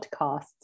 podcasts